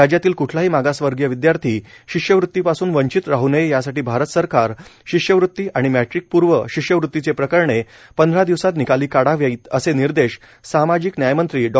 राज्यातील क्ठलाही मागासवर्गीय विदयार्थी शिष्यवृत्तीपासून वंचित राह नये यासाठी भारत सरकार शिष्यवृती आणि मप्रीकपूर्व शिष्यवृतीची प्रकरणे पंधरा दिवसांत निकाली काढावीत असे निर्देश सामाजिक न्याय मंत्री डॉ